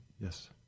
Yes